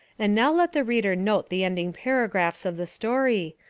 and now let the reader note the ending para graphs of the story,